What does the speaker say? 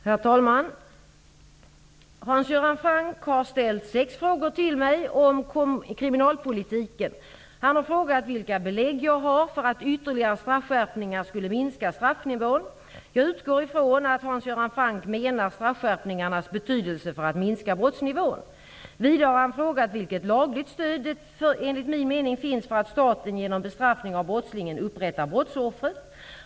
Herr talman! Hans Göran Franck har ställt sex frågor till mig om kriminalpolitiken. Han har frågat vilka belägg jag har för att ytterligare straffskärpningar skulle minska straffnivån. Jag utgår ifrån att Hans Göran Franck menar straffskärpningarnas betydelse för att minska brottsnivån. Vidare har han frågat vilket lagligt stöd det enligt min mening finns för att staten genom bestraffning av brottslingen upprättar brottsoffret.